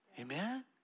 Amen